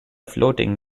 floating